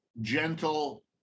gentle